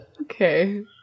Okay